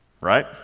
right